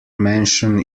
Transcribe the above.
mention